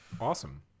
awesome